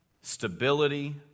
stability